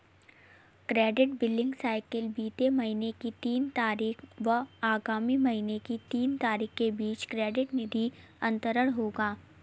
credit billing cycle बीते महीने की तीन तारीख व आगामी महीने की तीन तारीख के बीच क्रेडिट निधि अंतरण होगा